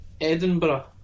Edinburgh